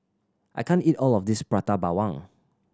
I can't eat all of this Prata Bawang